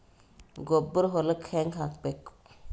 ಗೊಬ್ಬರ ಹೊಲಕ್ಕ ಹಂಗ್ ಹಾಕಬೇಕು?